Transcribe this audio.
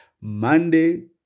Monday